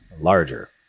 larger